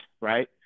right